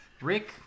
Rick